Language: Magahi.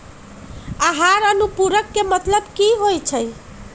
आहार अनुपूरक के मतलब की होइ छई?